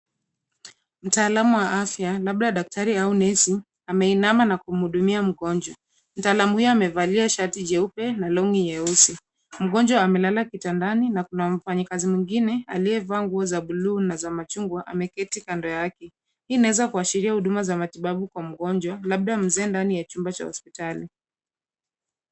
Mtaalamu wa afya labda daktari au nesi ameinama na kumhudumia mgonjwa. Mtaalamu huyo amevalia shati jeupe na longi nyeusi. Mgonjwa amelala kitandani na kuna mfanyikazi mwingine aliyevaa nguo za buluu na za machungwa ameketi kando yake. Hii inaweza kuashiria huduma za matibabu kwa mgonjwa labda mzee ndani ya chumba cha hospitali.